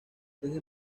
desde